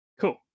Cool